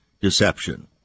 deception